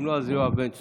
אז יואב בן צור.